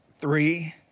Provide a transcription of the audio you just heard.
three